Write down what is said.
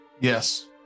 Yes